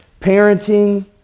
parenting